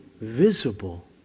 visible